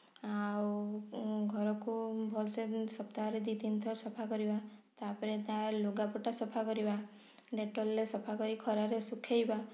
ଆଉ ଘରକୁ ଭଲ୍ ସେ ସପ୍ତାହରେ ଦୁଇ ତିନି ଥର ସଫା କରିବା ତା ପରେ ତା ଲୁଗାପଟା ସଫା କରିବା ଡେଟଲ୍ରେ ସଫା କରି ଖରାରେ ଶୁଖାଇବା